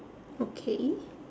okay